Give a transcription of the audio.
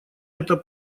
это